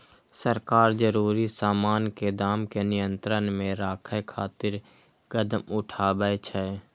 सरकार जरूरी सामान के दाम कें नियंत्रण मे राखै खातिर कदम उठाबै छै